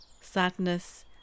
Sadness